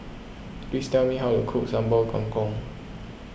please tell me how to cook Sambal Kangkong